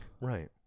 Right